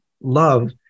love